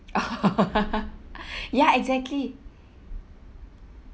ya exactly